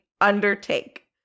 undertake